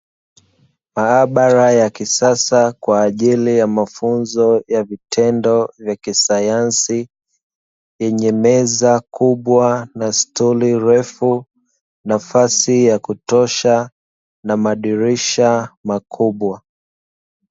Maabara ya kisasa kwa ajili ya mafunzo ya vitendo vya kisayansi, yenye meza kubwa na stuli refu, nafasi ya kutosha na madirisha makubwa.